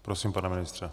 Prosím, pane ministře.